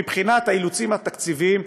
מבחינת האילוצים התקציביים,